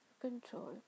control